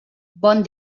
bon